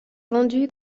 vendue